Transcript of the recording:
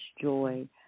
joy